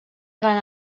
gran